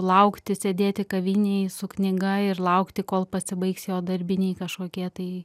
laukti sėdėti kavinėj su knyga ir laukti kol pasibaigs jo darbiniai kažkokie tai